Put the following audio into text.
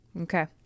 Okay